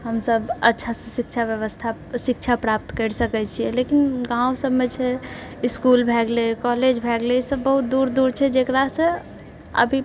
हमसब अच्छासँ शिक्षा व्यवस्था शिक्षा प्राप्त करि सकैत छिए लेकिन गाँव सबमे छै इसकुल भए गेलै कॉलेज भए गेलै इसब बहुत दूर दूर छै जकरासँ अभी